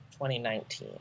2019